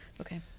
Okay